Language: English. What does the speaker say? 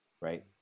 right